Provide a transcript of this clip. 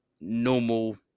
normal